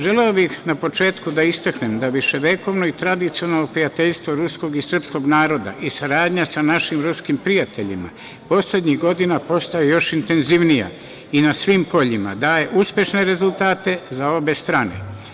Želeo bih na početku da istaknem da viševekovno i tradicionalno prijateljstvo ruskog i srpskog naroda i saradnja sa našim ruskim prijateljima poslednjih godina postaje još intenzivnija i na svim poljima daje uspešne rezultate za obe strane.